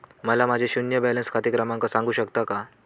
मला माझे शून्य बॅलन्स खाते क्रमांक सांगू शकता का?